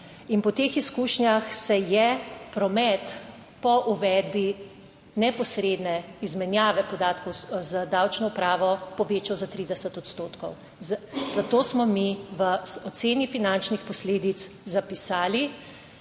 - 16.15** (nadaljevanje) po uvedbi neposredne izmenjave podatkov z davčno upravo povečal za 30 odstotkov. Zato smo mi v oceni finančnih posledic zapisali,